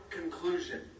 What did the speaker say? conclusion